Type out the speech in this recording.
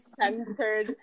centered